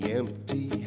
empty